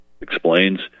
explains